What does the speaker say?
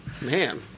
Man